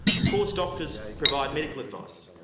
of course doctors provide medical advice,